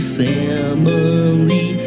family